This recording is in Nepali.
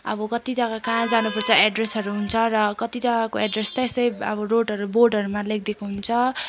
अब कत्ति जग्गा कहाँ जानुपर्छ एड्रेसहरू हुन्छ र कत्ति जग्गाको एड्रेस चाहिँ यसै रोडहरू अब बोर्डहरूमा लेखिदिएको हुन्छ